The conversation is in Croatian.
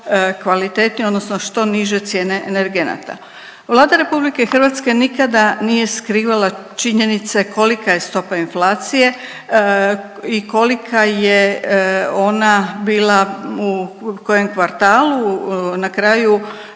kvalitetnije odnosno što niže cijene energenata. Vlada RH nikada nije skrivala činjenice kolika je stopa inflacije i kolika je ona bila u kojem kvartalu, na kraj,